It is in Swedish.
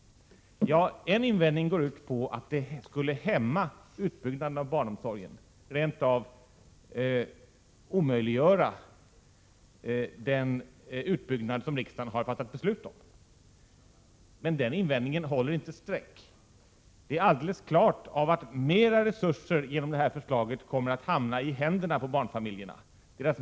En invändning går ut på att det skulle hämma utbyggnaden av barnomsorgen och rent av omöjliggöra den utbyggnad som riksdagen har fattat beslut om. Men den invändningen håller inte streck. Det står alldeles klart eftersom mer resurser kommer att hamna i händerna på barnfamiljerna genom det här förslaget.